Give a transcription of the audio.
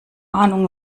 ahnung